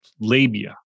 Labia